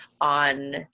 on